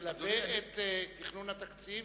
שתלווה את תכנון התקציב.